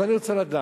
אז אני רוצה לדעת,